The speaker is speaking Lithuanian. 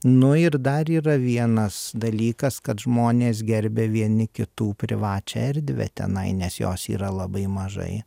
nu ir dar yra vienas dalykas kad žmonės gerbia vieni kitų privačią erdvę tenai nes jos yra labai mažai